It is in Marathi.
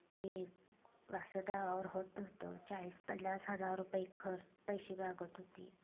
ते असं नावावर होत नव्हतं चाळीस पन्नास हजार रुपये खर पैसे लागत होते